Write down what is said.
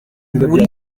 muri